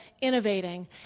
innovating